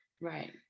Right